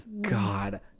god